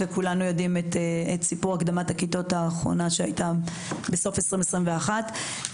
וכולנו יודעים את סיפור הקדמת הכיתות האחרונה שהייתה בסוף שנת 2021,